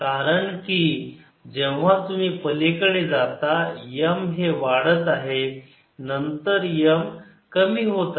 कारण की जेव्हा तुम्ही पलीकडे जाता M हे वाढत आहे नंतर M कमी होत आहे